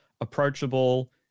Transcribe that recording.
approachable